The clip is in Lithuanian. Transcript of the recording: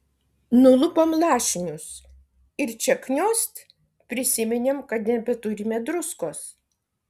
nulupom lašinius ir čia kniost prisiminėm kad nebeturime druskos